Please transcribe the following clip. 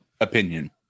Opinion